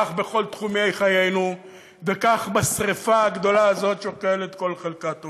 כך בכל תחומי חיינו וכך בשרפה הגדולה הזאת שאוכלת כל חלקה טובה.